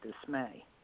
dismay